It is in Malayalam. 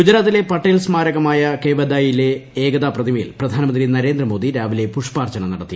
ഗുജറാത്തിലെ പട്ടേൽ സ്മാരക്ക്മാ്യ ് കേവാദയയിലെ ഏകതാ പ്രതിമയിൽ പ്രധാനമന്ത്രി ന്ദരേന്ദ്രമോദി രാവിലെ പുഷ്പാർച്ചന നടത്തി